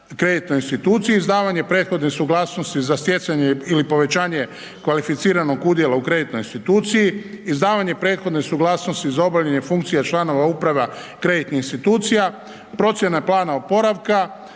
kreditnoj instituciji, izdavanje prethodne suglasnosti za stjecanje ili povećanje kvalificiranog udjela u kreditnoj instituciji, izdavanje prethodne suglasnosti za obavljanje funkcija članova uprava kreditnih institucija, procjena plana oporavka,